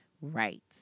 Right